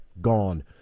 gone